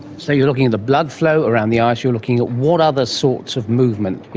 so you're looking at the blood flow around the eyes, you're looking at what other sorts of movement? you